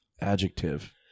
Adjective